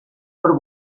por